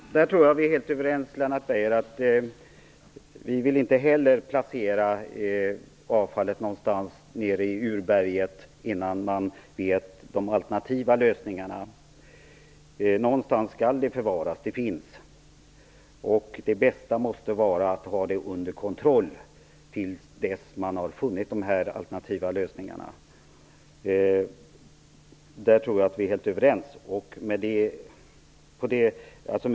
Herr talman! Jag tror att vi är helt överens, Lennart Beijer, om att vi inte skall placera avfallet någonstans nere i urberget innan man känner till de alternativa lösningarna. Någonstans skall avfallet förvaras eftersom det finns. Det bästa måste vara att ha det under kontroll tills man har funnit de alternativa lösningarna. Jag tror att vi är helt överens om detta.